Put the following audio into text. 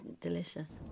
delicious